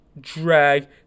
drag